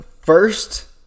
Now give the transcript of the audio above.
first